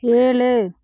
ஏழு